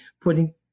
putting